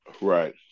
Right